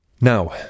Now